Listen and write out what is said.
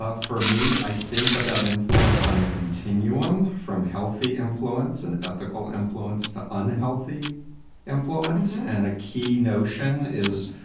ah for me, i think about influence on a continuum from healthy influence and ethical influence to unhealthy influence. and a key notion is,